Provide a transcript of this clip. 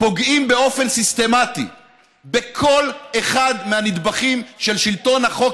פוגעים באופן סיסטמטי בכל אחד מהנדבכים של שלטון החוק